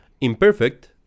imperfect